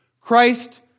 Christ